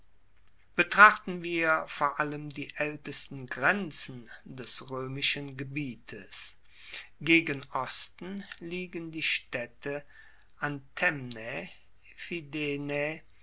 betrachten wir vor allem die aeltesten grenzen des roemischen gebietes gegen osten liegen die staedte antemnae